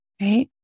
Right